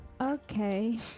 Okay